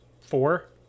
four